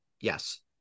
yes